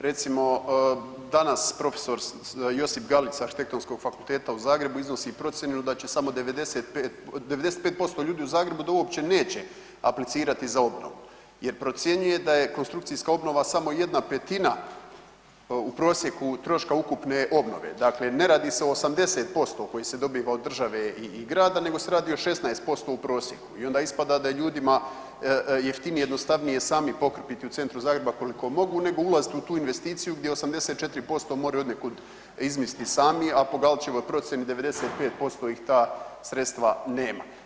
Recimo danas prof. Josip Galić s Arhitektonskog fakulteta u Zagrebu iznosi procjenu da će samo 95%, 95% ljudi u Zagrebu da uopće neće aplicirati za obnovu jer procjenjuje da je konstrukcijska obnova samo 1/5 u prosjeku troška ukupne obnove, dakle ne radi se o 80% koji se dobiva od države i grada nego se radi o 16% u prosjeku i onda ispada da je ljudima jeftinije i jednostavnije pokrpiti u centru Zagreba koliko mogu nego ulaziti u tu investiciju gdje 84% moraju odnekud izmislit i sami, a po Galićevoj procijeni 95% ih ta sredstva nema.